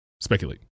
Speculate